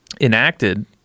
enacted